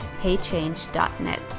HeyChange.net